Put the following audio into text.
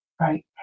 right